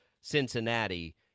Cincinnati